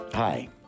Hi